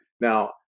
Now